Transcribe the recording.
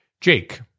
Jake